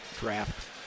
draft